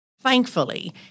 thankfully